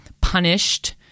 punished